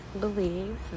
believe